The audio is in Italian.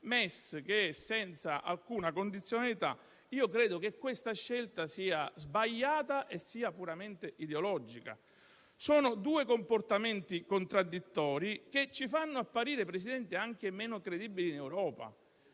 MES, che è senza alcuna condizionalità. Io credo che questa scelta sia sbagliata e sia puramente ideologica. Sono due comportamenti contraddittori che ci fanno apparire, Presidente, anche meno credibili in Europa.